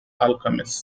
alchemist